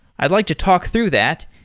i'd like to talk through that,